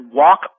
walk